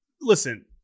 listen